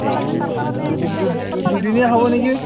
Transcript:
আৰু দুদিন দুদিনীয়া হ'ব নেকি